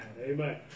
Amen